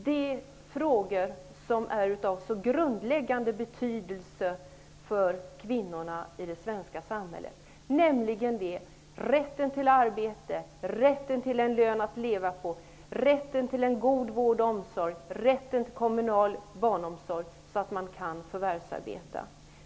Det är frågor som är av grundläggande betydelse för kvinnorna i det svenska samhället. Det gäller rätten till arbete, rätten till en lön att leva på, rätten till en god vård och omsorg och rätten till kommunal barnomsorg, så att man kan förvärvsarbeta.